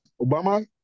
Obama